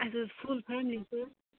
اَسہِ حظ full family سۭتۍ